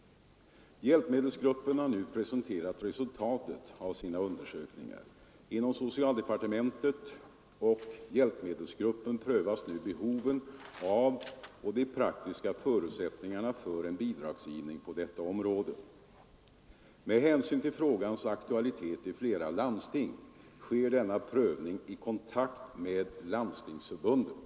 Hjälpmedelsgruppen har nu presenterat resultatet av sina undersökningar. Inom socialdepartementet och hjälpmedelsgruppen prövas nu behoven av och de praktiska förutsättningarna för en bidragsgivning på detta område. Med hänsyn till frågans aktualitet i flera landsting sker denna prövning i kontakt med Landstingsförbundet.